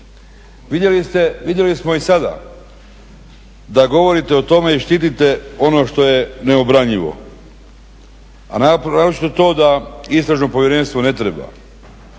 Vidjeli smo i sada da govorite o tome i štite ono što je neobranjivo, a naročito to da istražno povjerenstvo ne treba.